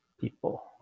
people